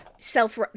self